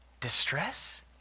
distress